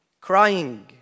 Crying